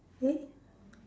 eh